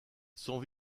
son